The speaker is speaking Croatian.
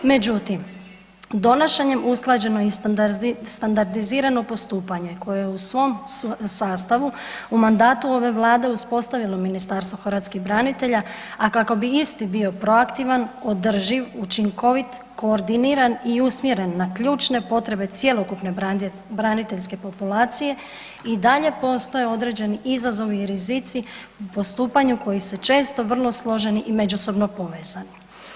Međutim donošenjem usklađeno i standardizirano postupanje koje je u svom sastavu u mandatu ove Vlade uspostavilo Ministarstvo hrvatskih branitelja, a kako bi isti bio proaktivan, održiv, učinkovit, koordiniran i usmjeren na ključne potrebe cjelokupne braniteljske populacije, i dalje postoje određeni izazovi i rizici postupanja koji su često vrlo složeni i međusobno povezani.